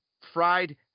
fried